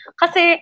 kasi